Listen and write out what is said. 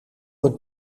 een